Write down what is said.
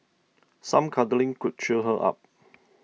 some cuddling could cheer her up